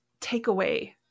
takeaway